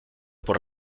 por